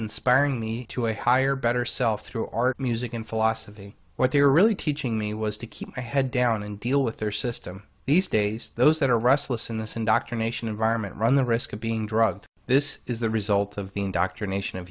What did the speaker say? inspiring me to a higher better self through art music and philosophy what they were really teaching me was to keep my head down and deal with their system these days those that are restless in this indoctrination environment run the risk of being drugged this is the result of the indoctrination of